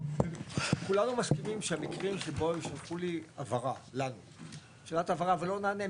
כולנו מסכימים שהמקרים שבו ישלחו לנו שאלת הבהרה ולא נענה,